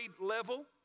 level